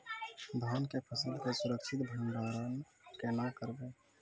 धान के फसल के सुरक्षित भंडारण केना करबै?